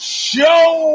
show